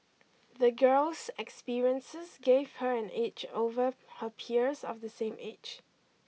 the girl's experiences gave her an edge over her peers of the same age